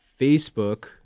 Facebook